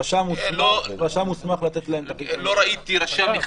רשם מוסמך לתת להם -- לא ראיתי רשם אחד